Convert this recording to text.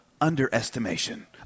underestimation